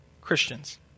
Christians